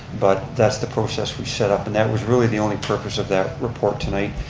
but that's the process we set up. and that was really the only purpose of that report tonight,